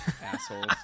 assholes